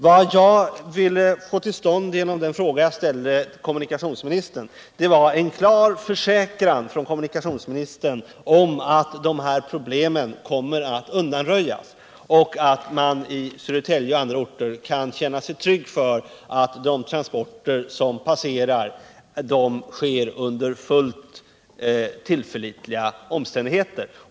Vad jag ville få till stånd genom den fråga jag ställde till kommuniktionsministern var en klar försäkran av honom om att dessa problem kommer att undanröjas, så att man i Södertälje och andra orter skall kunna känna sig trygg för att de transporter som passerar sker under fullt tillförlitliga omständigheter.